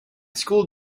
school